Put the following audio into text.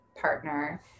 partner